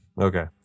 Okay